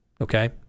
okay